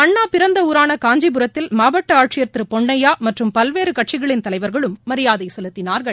அண்ணா பிற்நத ஊரான காஞ்சிபுரத்தில் மாவட்ட ஆட்சியர் திரு பொன்னையா மற்றும் பல்வேறு கட்சிகளின் தலைவா்களும் மரியாதை செலுத்தினாா்கள்